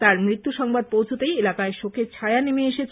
তাঁর মৃত্যু সংবাদ পৌঁছতেই এলাকায় শোকের ছায়া নেমে আসে